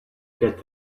get